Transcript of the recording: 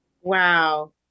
Wow